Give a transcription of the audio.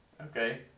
Okay